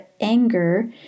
anger